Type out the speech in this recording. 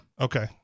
Okay